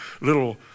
little